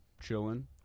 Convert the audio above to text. chilling